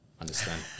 understand